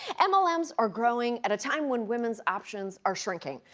um ah like mlms are growing at a time when women's options are shrinking.